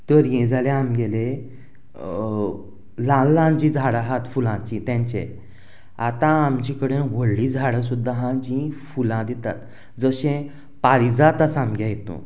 तर हीं जालें आमगेलें ल्हान ल्हान जीं झाडां आहात फुलांचीं तेंचें आतां आमचे कडेन व्हडलीं झाडां सुद्दां आसात जीं फुलां दितात जशें पारिजात आहा आमगे हितू